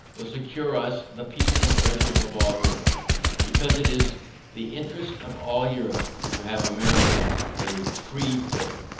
will secure us the peace and friendship of all europe because, it is the interest of all europe to have america a free port.